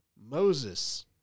Moses